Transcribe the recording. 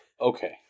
Okay